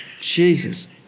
Jesus